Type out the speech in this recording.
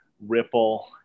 Ripple